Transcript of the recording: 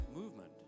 movement